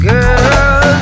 Girl